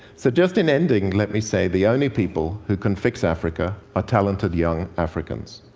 so, just in ending, let me say the only people who can fix africa are talented young africans.